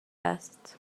است